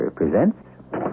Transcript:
presents